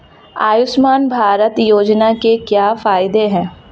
आयुष्मान भारत योजना के क्या फायदे हैं?